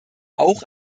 auch